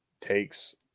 takes